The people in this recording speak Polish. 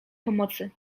pomocy